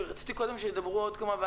אני